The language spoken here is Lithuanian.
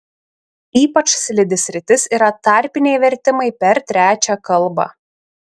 ypač slidi sritis yra tarpiniai vertimai per trečią kalbą